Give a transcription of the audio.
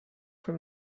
from